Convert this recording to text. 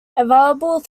available